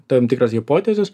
tam tikras hipotezes